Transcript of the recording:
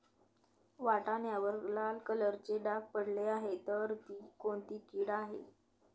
वाटाण्यावर लाल कलरचे डाग पडले आहे तर ती कोणती कीड आहे?